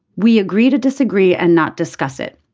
we agree to disagree and not discuss it.